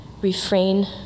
Refrain